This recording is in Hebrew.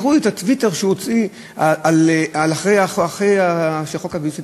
הראו לי את הטוויטר שהוא הוציא אחרי שחוק הגיוס נתקבל.